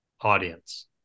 audience